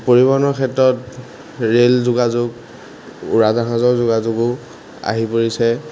পৰিবহণৰ ক্ষেত্ৰত ৰেল যোগাযোগ উৰাজাহাজৰ যোগাযোগো আহি পৰিছে